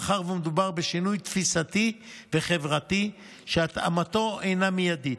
מאחר שמדובר בשינוי תפיסתי וחברתי שהטמעתו אינה מיידית,